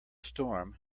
storm